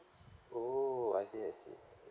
oh I see I see